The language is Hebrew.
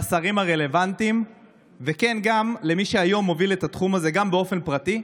לשרים הרלוונטיים וכן למי שהיום מוביל את התחום הזה גם באופן פרטי,